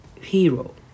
hero